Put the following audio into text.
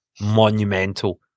monumental